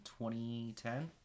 2010